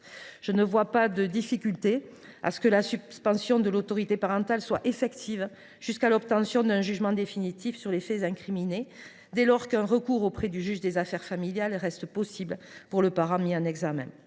je ne vois pas de difficulté à ce que la suspension de l’autorité parentale soit effective jusqu’à l’obtention d’un jugement définitif sur les faits incriminés, dès lors qu’un recours auprès du juge aux affaires familiales reste possible pour le parent mis en examen.